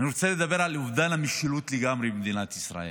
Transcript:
אני רוצה לדבר על אובדן המשילות לגמרי במדינת ישראל.